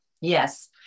yes